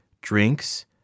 drinks